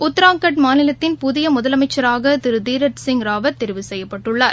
உத்ராகண்ட் மாநிலத்தின் புதிய முதலமைச்சராக திரு தீரத் சிங் ராவத் தேர்வு செய்யப்பட்டுள்ளார்